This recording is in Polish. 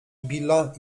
billa